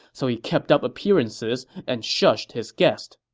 so he kept up appearances and shushed his guest.